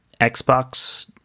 Xbox